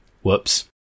Whoops